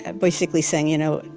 and basically saying, you know,